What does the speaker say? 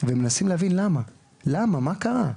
ומנסים להבין למה מה קרה,